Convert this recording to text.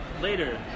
later